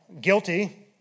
Guilty